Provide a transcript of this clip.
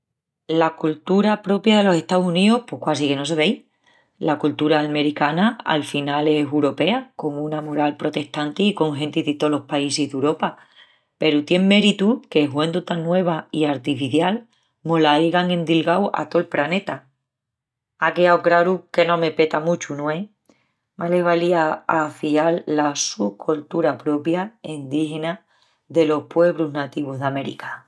La coltura propia delos Estaus Uníus pos quasi que no se vei. La coltura 'almericana' afinal es uropea, con una moral protestanti i con genti de tolos paísis d'Uropa. Peru tien méritu que huendu tan nueva i artificial mo-la aigan endilgau a tol praneta. Á queau craru que no me peta muchu, no es? Más les valía afial la su coltura propia, endígina, delos puebrus nativus d'América.